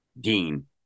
Dean